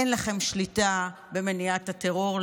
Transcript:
אין לכם שליטה במניעת הטרור.